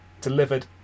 delivered